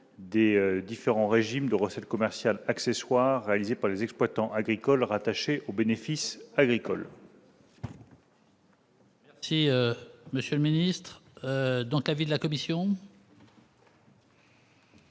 des différents régimes de recettes commerciales accessoires réalisés par les exploitants agricoles rattaché au bénéfice agricole. Si Monsieur le Ministre, donc avis de la commission.